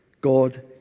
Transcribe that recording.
God